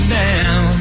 down